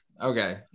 Okay